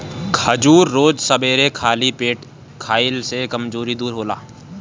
खजूर रोज सबेरे खाली पेटे खइला से कमज़ोरी दूर होला